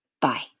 bye